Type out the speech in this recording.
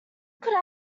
could